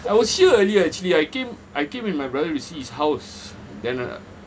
I was here earlier actually I came I came with my brother to see his house then